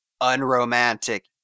unromantic